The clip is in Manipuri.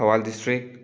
ꯊꯧꯕꯥꯜ ꯗꯤꯁꯇ꯭ꯔꯤꯛ